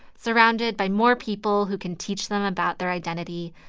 surrounded by more people who can teach them about their identity,